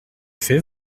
fait